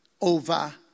over